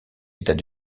états